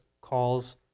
calls